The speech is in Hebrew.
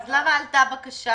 אז למה עלתה בקשה